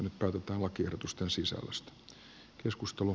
nyt päätetään lakiehdotusten sisällöstä